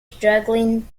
struggling